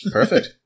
Perfect